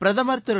பிரதமர் திரு